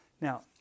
Now